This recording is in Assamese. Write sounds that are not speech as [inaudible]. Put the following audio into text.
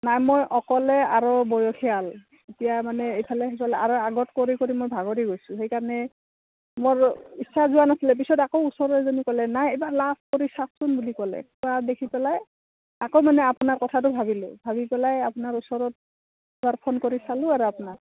নাই মই অকলে আৰু বয়সীয়াল এতিয়া মানে এইফালে সেইফালে আৰু আগত কৰি কৰি মই ভাগৰি গৈছোঁ সেইকাৰণে মোৰ ইচ্ছা যোৱা নাছিলে পিছত আকৌ ওচৰে [unintelligible] ক'লে নাই এইবাৰ লাভ কৰি চাওচোন বুলি ক'লে খোৱা দেখি পেলাই আকৌ মানে আপোনাৰ কথাটো [unintelligible] পেলাই আপোনাৰ ওচৰত [unintelligible] ফোন কৰি চালোঁ আৰু আপোনাক